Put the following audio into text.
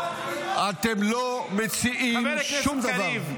חבר הכנסת קריב ---- שום דבר.